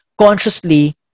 consciously